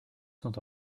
sont